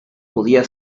podía